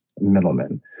middlemen